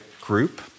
group